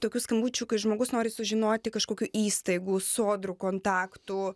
tokių skambučių kai žmogus nori sužinoti kažkokių įstaigų sodrų kontaktų